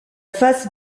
face